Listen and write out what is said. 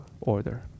order